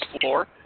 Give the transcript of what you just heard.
floor